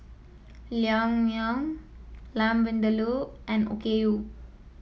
Naengmyeon Lamb Vindaloo and Okayu